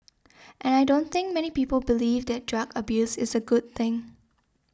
and I don't think many people believe that drug abuse is a good thing